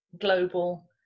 global